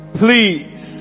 please